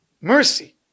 mercy